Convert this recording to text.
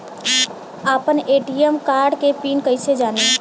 आपन ATM card के PIN कईसे जानी?